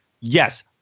Yes